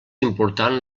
important